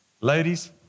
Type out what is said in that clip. Ladies